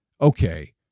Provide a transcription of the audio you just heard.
Okay